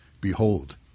Behold